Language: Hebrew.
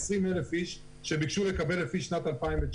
20,000 איש שביקשו לקבל לפי שנת 2019,